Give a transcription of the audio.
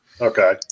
Okay